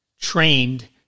trained